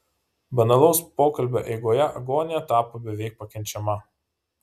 banalaus pokalbio eigoje agonija tapo beveik pakenčiama